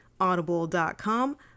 Audible.com